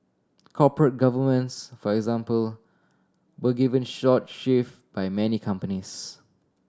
corporate governance for example were given short shrift by many companies